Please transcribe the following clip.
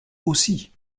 aussi